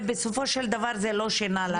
ובסופו של דבר זה לא שינה לנו הרבה את המציאות.